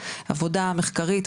עבודה מחקרית,